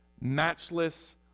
matchless